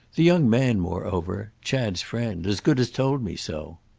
the young man moreover chad's friend as good as told me so.